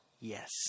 Yes